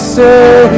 say